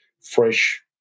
fresh